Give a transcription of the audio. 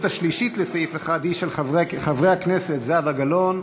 השלישית לסעיף 1 היא של חברי הכנסת זהבה גלאון,